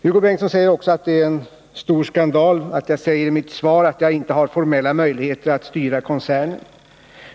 Hugo Bengtsson säger att det är en stor skandal att jag säger i mitt svar att jag inte har formella möjligheter att styra koncernen.